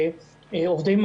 שעות?